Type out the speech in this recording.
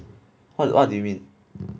what what do you mean